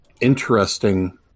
interesting